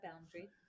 boundary